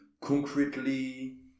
concretely